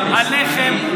הלחם,